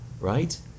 Right